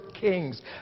kings